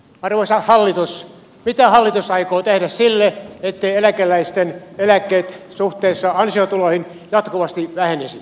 arvoisa hallitus mitä hallitus aikoo tehdä sille etteivät eläkeläisten eläkkeet suhteessa ansiotuloihin jatkuvasti vähenisi